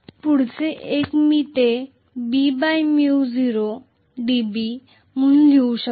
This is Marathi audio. आणि पुढचे एक मी ते Bµ0 dB म्हणून लिहू शकते